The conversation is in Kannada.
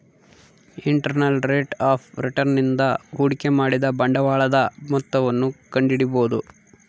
ಇಂಟರ್ನಲ್ ರೇಟ್ ಆಫ್ ರಿಟರ್ನ್ ನಿಂದ ಹೂಡಿಕೆ ಮಾಡಿದ ಬಂಡವಾಳದ ಮೊತ್ತವನ್ನು ಕಂಡಿಡಿಬೊದು